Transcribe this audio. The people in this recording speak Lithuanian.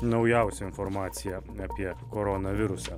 naujausia informacija apie koronavirusą